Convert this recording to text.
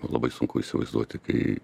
labai sunku įsivaizduoti kai